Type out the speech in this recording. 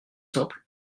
simple